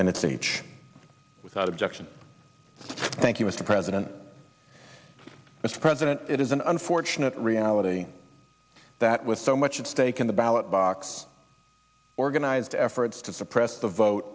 minutes each without objection thank you mr president mr president it is an unfortunate reality that with so much at stake in the ballot box organized efforts to suppress the vote